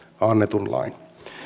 annetun lain